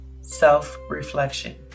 self-reflection